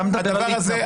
אתה מדבר על התנפלות?